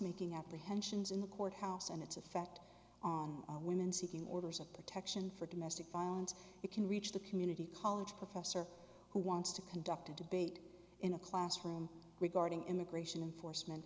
making apprehensions in the courthouse and its effect on women seeking orders of protection for domestic violence you can reach the community college professor who wants to conduct a debate in a classroom regarding immigration enforcement